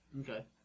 Okay